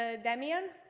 ah damian,